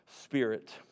Spirit